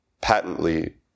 patently